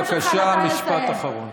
בבקשה, משפט אחרון.